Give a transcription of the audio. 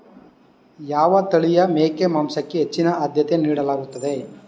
ಯಾವ ತಳಿಯ ಮೇಕೆ ಮಾಂಸಕ್ಕೆ ಹೆಚ್ಚಿನ ಆದ್ಯತೆ ನೀಡಲಾಗುತ್ತದೆ?